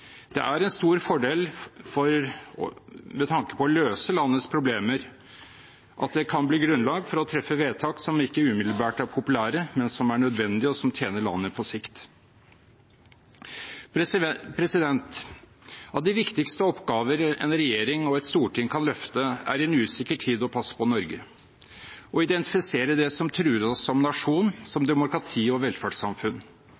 Det er en stor fordel, med tanke på å løse landets problemer, at det kan bli grunnlag for å treffe vedtak som ikke umiddelbart er populære, men som er nødvendige, og som tjener landet på sikt. Av de viktigste oppgaver en regjering og et storting kan løfte, er, i en usikker tid, å passe på Norge og identifisere det som truer oss som nasjon,